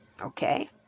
okay